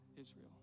Israel